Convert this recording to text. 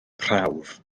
prawf